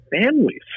families